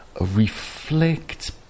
reflect